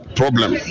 problem